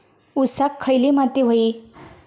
ऊसाक खयली माती व्हयी?